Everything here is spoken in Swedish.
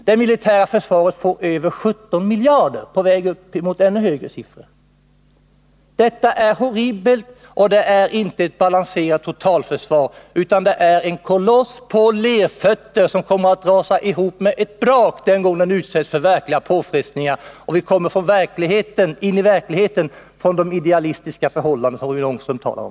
Det militära försvaret får över 17 miljarder, det är på väg upp mot ännu högre siffror. Detta är horribelt och inte ett balanserat totalförsvar. Det är en koloss på lerfötter, som kommer att rasa ihop med ett brak den gång den utsätts för verkliga påfrestningar och vi kommer in i verkligheten från de idealistiska förhållanden som Rune Ångström talar om.